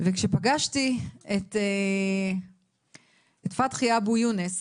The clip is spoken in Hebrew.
וכשפגשתי את פתחי אבו יונס